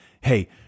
Hey